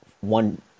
one